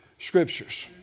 scriptures